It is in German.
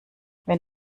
wenn